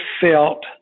felt